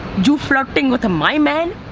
you flirting with my men?